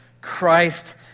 Christ